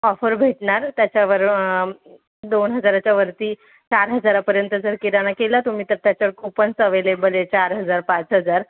offer भेटणार त्याच्यावर दोन हजाराच्यावरती चार हजारापर्यंत जर किराणा केला तुम्ही तर त्याच्यावर कुपन्स ॲव्हेलेबल आहे चार हजार पाच हजार